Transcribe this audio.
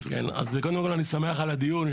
קודם כול אני שמח על הדיון,